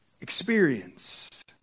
experience